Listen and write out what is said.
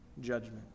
judgment